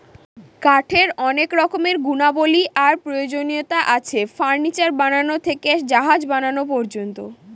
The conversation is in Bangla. কাঠের অনেক রকমের গুণাবলী আর প্রয়োজনীয়তা আছে, ফার্নিচার বানানো থেকে জাহাজ বানানো পর্যন্ত